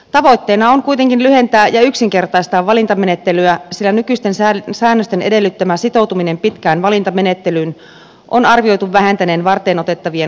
tavoitteena on kuitenkin lyhentää ja yksinkertaistaa valintamenettelyä sillä nykyisten säännösten edellyttämän sitoutumisen pitkään valintamenettelyyn on arvioitu vähentäneen varteenotettavien hakijoiden määrää